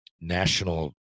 national